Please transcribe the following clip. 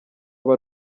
aba